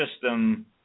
system